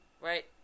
right